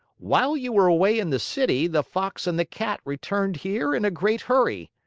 while you were away in the city the fox and the cat returned here in a great hurry.